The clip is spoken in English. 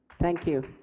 thank you.